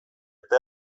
eta